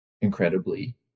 incredibly